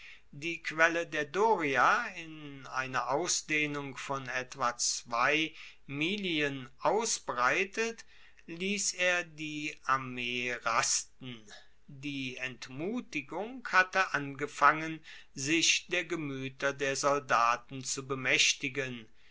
die quelle der doria in einer ausdehnung von etwa miglien ausbreitet liess er die armee rasten die entmutigung hatte angefangen sich der gemueter der soldaten zu bemaechtigen